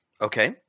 Okay